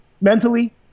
mentally